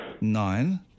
Nine